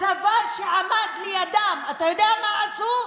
הצבא שעמד לידם, אתה יודע מה עשו?